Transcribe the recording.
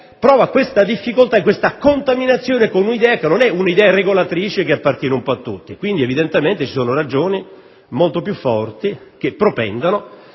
prova questa difficoltà e questa contaminazione con una idea che non è regolatrice, che appartiene un po' a tutti. Quindi, vi sono ragioni molto più forti che propendono